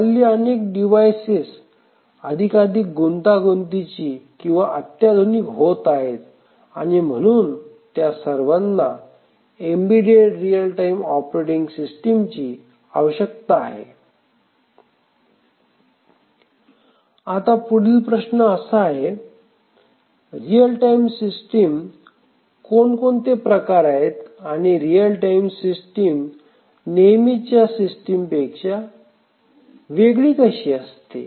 पण हल्ली अनेक डिव्हाइसेस अधिकाधिक गुंतागुंतीची आणि अत्याधुनिक होत आहेत आणि म्हणून त्या सर्वांना एम्बेडेड रियल टाइम ऑपरेटिंग सिस्टीमची आवश्यकता आहे आता पुढील प्रश्न असा आहे रियल टाइम सिस्टीम कोणकोणते प्रकार आहेत आणि रियल टाइम सिस्टीम नेहमीच्या सिस्टीम पेक्षा वेगळी कशी असते